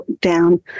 down